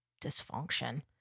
dysfunction